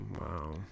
wow